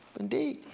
indeed.